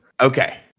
Okay